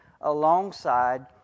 alongside